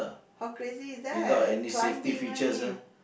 how crazy is that climbing only